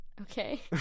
Okay